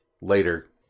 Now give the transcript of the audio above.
later